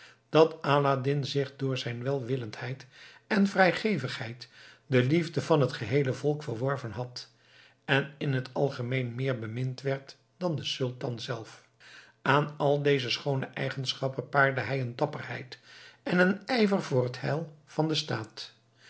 dat aladdin zich door zijn welwillendheid en vrijgevigheid de liefde van het geheele volk verworven had en in t algemeen meer bemind werd dan de sultan zelf aan al deze schoone eigenschappen paarde hij een dapperheid en een ijver voor het heil van den staat